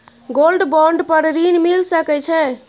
Gold bond पर ऋण मिल सके छै?